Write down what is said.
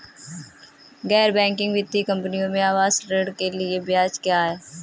गैर बैंकिंग वित्तीय कंपनियों में आवास ऋण के लिए ब्याज क्या है?